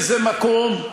זה לא ראוי, אין לזה מקום.